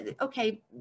okay